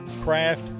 craft